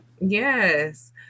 Yes